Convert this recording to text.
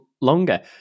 longer